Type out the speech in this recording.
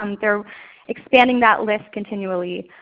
um they are expanding that list continually,